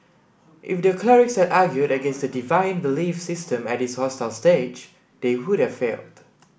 if the clerics had argued against the deviant belief system at this hostile stage they would have failed